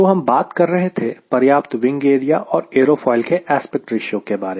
तो हम बात कर रहे थे पर्याप्त विंग एरिया और एरोफोइल के एस्पेक्ट रेशियो के बारे